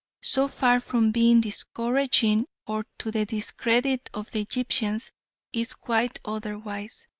so far from being discouraging or to the discredit of the egyptians is quite otherwise,